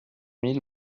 mille